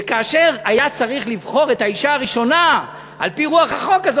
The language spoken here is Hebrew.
וכאשר היה צריך לבחור את האישה הראשונה על-פי רוח החוק הזה,